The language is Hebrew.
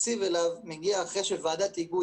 התקציב בשבילו מגיע אחרי שוועדת היגוי,